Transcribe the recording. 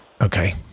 Okay